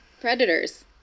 Predators